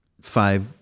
five